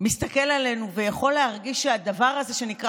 מסתכל עלינו ויכול להרגיש שהדבר הזה שנקרא